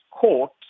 court